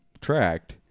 tracked